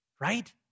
right